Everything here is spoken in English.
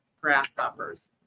grasshoppers